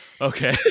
Okay